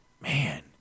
man